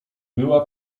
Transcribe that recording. była